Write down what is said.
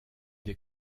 des